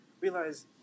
Realize